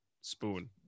spoon